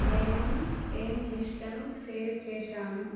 నేను ఏం లిస్ట్లను సేవ్ చేశాను